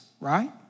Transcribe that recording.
right